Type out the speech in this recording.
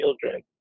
children